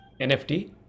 NFT